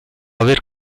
aver